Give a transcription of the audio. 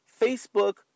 Facebook